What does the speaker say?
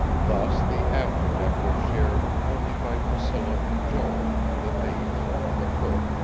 thus the after deck was shared only by priscilla and joel, the mates, the cook,